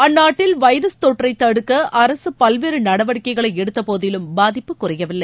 அந்நாட்டில் வைரஸ் தொற்றைதடுக்கஅரசுபல்வேறுநடவடிக்கைகளைஎடுத்தபோதிலும் பாதிப்பு குறையவில்லை